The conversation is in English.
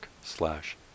slash